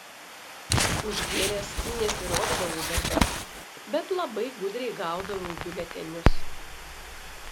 užgėręs nesirodydavau darbe bet labai gudriai gaudavau biuletenius